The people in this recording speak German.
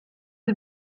sie